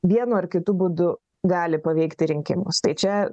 vienu ar kitu būdu gali paveikti rinkimus tai čia